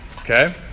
Okay